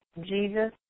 Jesus